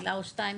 מילה או שתיים.